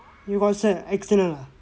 you got cert external ah